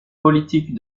politique